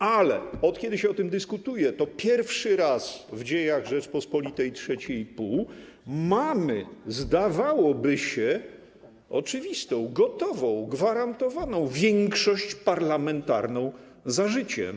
Ale od kiedy się o tym dyskutuje, pierwszy raz w dziejach Rzeczypospolitej trzeciej i pół mamy, zdawałoby się, oczywistą, gotową, gwarantowaną większość parlamentarną za życiem.